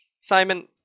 Simon